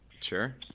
Sure